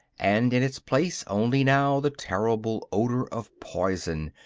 and in its place only now the terrible odor of poison,